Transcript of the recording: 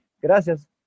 gracias